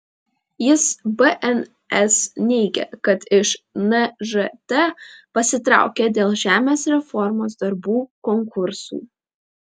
jis bns neigė kad iš nžt pasitraukė dėl žemės reformos darbų konkursų